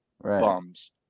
Bums